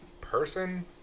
person